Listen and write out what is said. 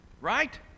right